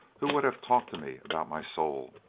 who would have talked to me about my soul.